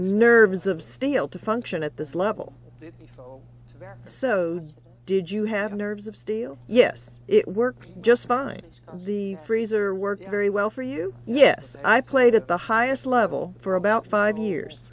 nerves of steel to function at this level there so did you have nerves of steel yes it worked just fine the freezer worked very well for you yes i played at the highest level for about five years